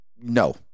No